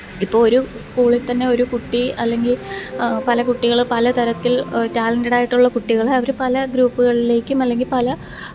ഇപ്പോൾ ഒരു സ്കൂളിത്തന്നെ ഒരു കുട്ടി അല്ലെങ്കിൽ പല കുട്ടികൾ പല തരത്തില് ടാലന്റെടായിട്ടുള്ള കുട്ടികളെ അവർ പല ഗ്രൂപ്പ്കളിലേയ്ക്കും അല്ലെങ്കിൽ പല